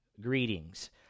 greetings